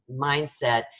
mindset